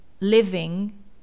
living